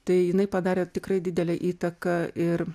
tai jinai padarė tikrai didelę įtaką ir